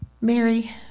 Mary